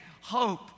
hope